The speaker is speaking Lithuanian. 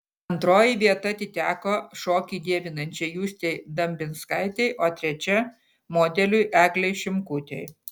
antroji vieta atiteko šokį dievinančiai justei dambinskaitei o trečia modeliui eglei šimkutei